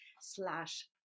slash